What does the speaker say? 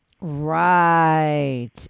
Right